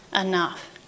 enough